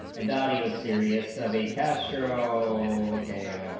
and audi a serious of a cashier so ok